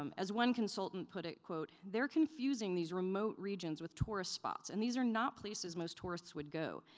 um as one consultant put it, they're confusing these remote regions with tourist spots, and these are not places most tourists would go.